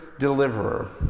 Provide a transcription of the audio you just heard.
deliverer